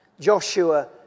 Joshua